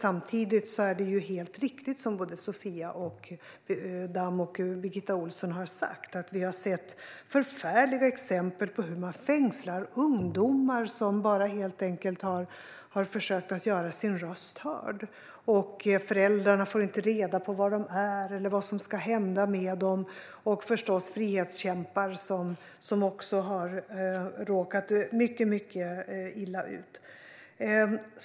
Samtidigt är det helt riktigt som både Sofia Damm och Birgitta Ohlsson har sagt: Vi har sett förfärliga exempel på hur man fängslar ungdomar som bara har försökt att göra sina röster hörda. Föräldrarna får inte reda på var de är eller vad som ska hända med dem. Frihetskämpar har också råkat mycket illa ut.